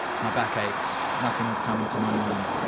my backaches, nothing is coming to my mind.